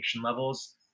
levels